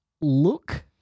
look